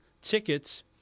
tickets